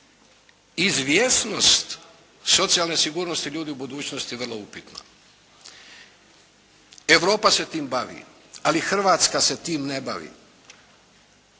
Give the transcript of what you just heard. izvjesnost socijalne skrbi ljudi u budućnosti vrlo upitna. Europa se tim bavi, ali Hrvatska se tim ne bavi.